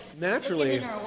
Naturally